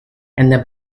and